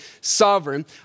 sovereign